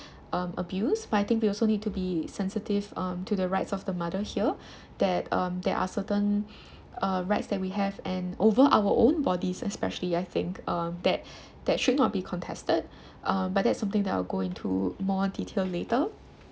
um abuse but I think we also need to be sensitive um to the rights of the mother here that um there are certain uh rights that we have and over our own bodies especially I think um that that should not be contested um but that's something that I'll go into more detail later